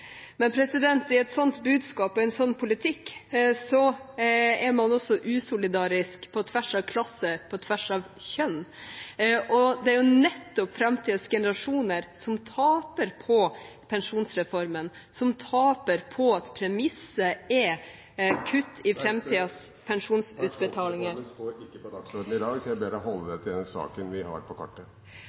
Men i et sånt budskap og i en sånn politikk er man også usolidarisk på tvers av klasse og på tvers av kjønn. Og det er jo nettopp framtidens generasjoner som taper på pensjonsreformen, som taper på at premisset er kutt i framtidens pensjon… Pensjonsreformen står ikke på dagsordenen i dag, så jeg ber representanten Bergstø holde seg til den saken som er på kartet.